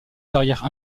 carrière